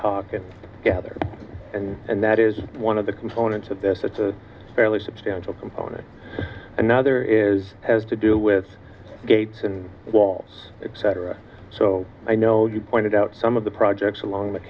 talk and gather and that is one of the components of this it's a fairly substantial component another is has to do with gates and was excited so i know you pointed out some of the projects along